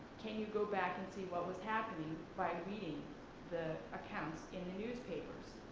can you go back and see what was happening by reading the accounts in the newspapers?